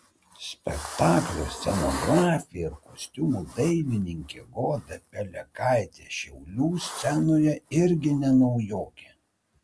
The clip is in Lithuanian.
spektaklio scenografė ir kostiumų dailininkė goda palekaitė šiaulių scenoje irgi ne naujokė